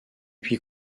puis